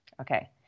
okay